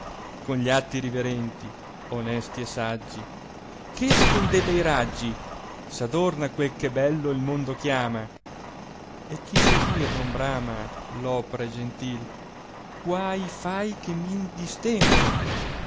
con gli atti riverenti onesti e saggi ch escono de bei raggi s'adorna quel che bello il mondo chiama e chi seguir non brama l'opre gentil quai fan che mi distempre